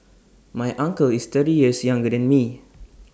my uncle is thirty years younger than me